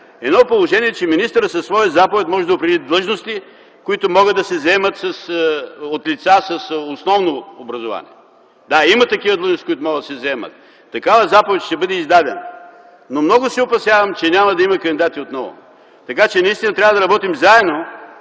едно положение, че министърът със своя заповед може да определи длъжности, които могат да се заемат от лица с основно образование. Да, има такива длъжности, които могат да се заемат. Такава заповед ще бъде издадена. Но много се опасявам, че отново няма да има кандидати. Наистина трябва да работим заедно,